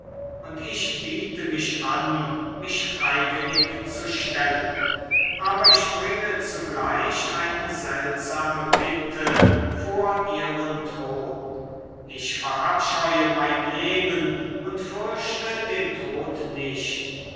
und ich biete mich an mich freiwillig zu stellen aber ich bringe zugleich eine seltsame bitte vor ihren thron ich verabscheue mein leben und fürchte den tod nicht